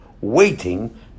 waiting